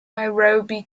nairobi